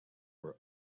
were